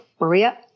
Maria